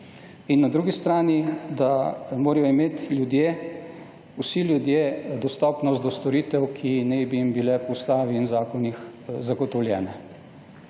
in na drugi strani, da morajo imeti vsi ljudje dostopnost do storitev, ki naj bi jim bile po ustavi in zakonih zagotovljene.